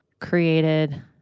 created